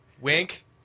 Wink